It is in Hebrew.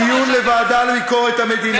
בדיון בוועדה לביקורת המדינה.